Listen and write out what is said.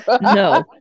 no